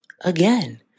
Again